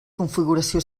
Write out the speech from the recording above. configuració